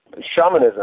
Shamanism